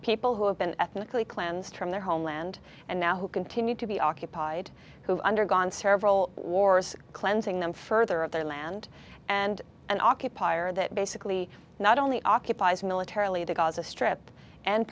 people who have been ethnically cleansed from their homeland and now who continue to be occupied who undergone several wars cleansing them further of their land and an occupier that basically not only occupies militarily the gaza strip and